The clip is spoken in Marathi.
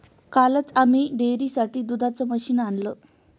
कालच आम्ही डेअरीसाठी दुधाचं मशीन आणलं